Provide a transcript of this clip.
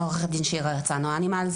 אני היועצת המשפטית של אנימלס.